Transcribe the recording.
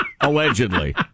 Allegedly